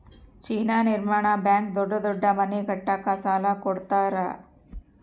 China ನಿರ್ಮಾಣ bank ದೊಡ್ಡ ದೊಡ್ಡ ಮನೆ ಕಟ್ಟಕ ಸಾಲ ಕೋಡತರಾ